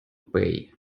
pay